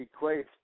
equates